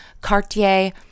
Cartier